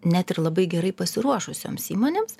net ir labai gerai pasiruošusioms įmonėms